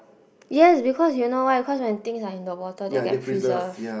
yes because you know why because when things are in the water they get preserved